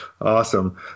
Awesome